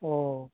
অঁ